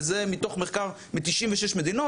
וזה מתוך מחקר מ- 96 מדינות,